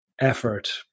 effort